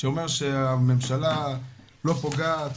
שאומר שהממשלה לא פוגעת.